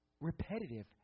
Repetitive